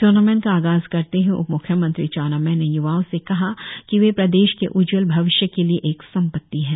tournament का आगाज करते हुए उप म्ख्यमंत्री चाउना मेन ने य्वाओं से कहा कि वे प्रदेश के उज्जवल भविष्य के लिए एक संपत्ति है